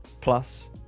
Plus